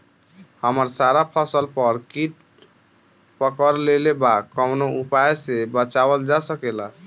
हमर सारा फसल पर कीट पकड़ लेले बा कवनो उपाय से बचावल जा सकेला?